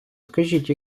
скажіть